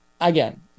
again